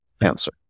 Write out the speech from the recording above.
answer